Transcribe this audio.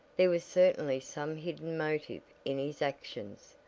there was certainly some hidden motive in his actions,